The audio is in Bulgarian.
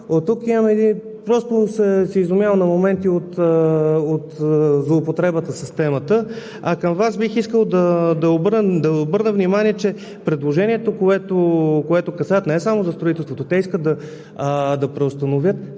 Така че просто се изумявам на моменти от злоупотребата с темата. А към Вас – бих искал да Ви обърна внимание, че предложението, което касае, не е само за строителството. Искат да преустановят